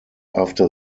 after